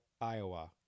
Iowa